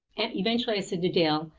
and eventually i said to dale,